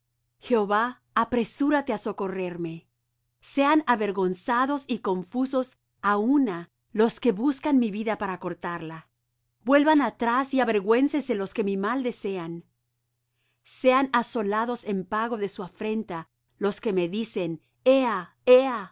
librarme apresúrate oh dios á socorrerme sean avergonzados y confusos los que buscan mi vida sean vueltos atrás y avergonzados los que mi mal desean sean vueltos en pago de su afrenta hecha los que dicen